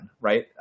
right